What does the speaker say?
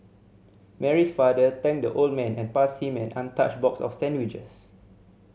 Mary's father thanked the old man and passed him an untouched box of sandwiches